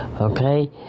Okay